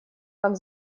как